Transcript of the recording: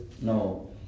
no